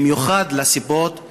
במיוחד מסיבות הומניטריות.